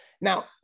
Now